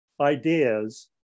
ideas